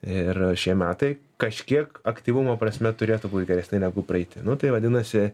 ir šie metai kažkiek aktyvumo prasme turėtų būt geresni negu praeiti nu tai vadinasi